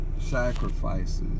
sacrifices